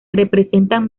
representan